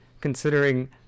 Considering